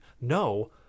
no